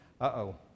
Uh-oh